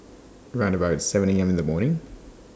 round about seven A M in The morning